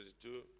two